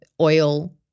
oil